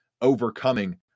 overcoming